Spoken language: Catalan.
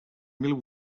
mil